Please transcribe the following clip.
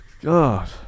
God